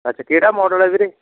ਅੱਛਾ ਕਿਹੜਾ ਮਾਡਲ ਹੈ ਵੀਰੇ